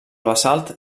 basalt